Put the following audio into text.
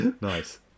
Nice